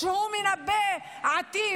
שהוא מנבא עתיד,